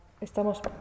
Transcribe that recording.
Estamos